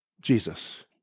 Jesus